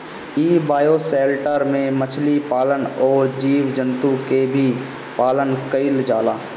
इ बायोशेल्टर में मछली पालन अउरी जीव जंतु के भी पालन कईल जाला